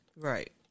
Right